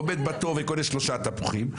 עומד בתור וקונה שלושה תפוחים,